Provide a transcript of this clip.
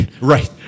right